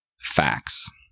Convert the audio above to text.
Facts